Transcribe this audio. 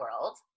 world